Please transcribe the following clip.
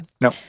no